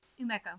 Umeko